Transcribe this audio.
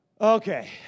Okay